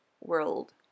world